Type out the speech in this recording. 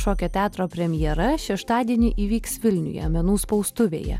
šokio teatro premjera šeštadienį įvyks vilniuje menų spaustuvėje